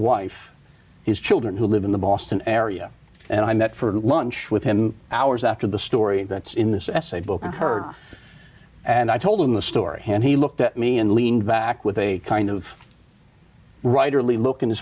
wife his children who live in the boston area and i met for lunch with him hours after the story that's in this essay both her and i told him the story and he looked at me and leaned back with a kind of writerly looked at his